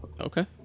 Okay